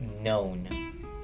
known